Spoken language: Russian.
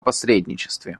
посредничестве